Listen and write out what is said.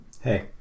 Hey